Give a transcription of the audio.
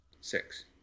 six